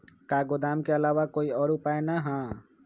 का गोदाम के आलावा कोई और उपाय न ह?